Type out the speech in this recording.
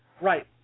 Right